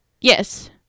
Yes